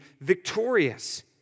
victorious